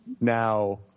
Now